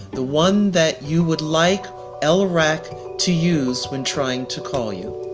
the one that you would like ah lrac to use when trying to call you.